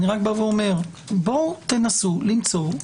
אני רק בא ואומר: בואו תנסו למצוא פתרון.